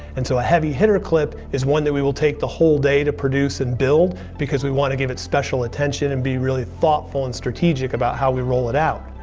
and so a heavy hitter clip is one that we will take the whole day to produce and build because we want to give it special attention and be really thoughtful and strategic about how we roll it out.